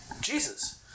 Jesus